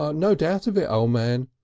um no doubt of it, o' man,